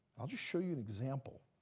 i'll just show you an example.